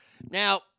Now